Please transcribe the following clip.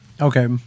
Okay